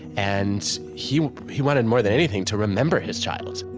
and he he wanted more than anything to remember his child.